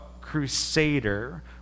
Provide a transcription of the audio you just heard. crusader